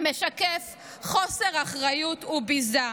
המשקף חוסר אחריות וביזה.